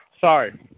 sorry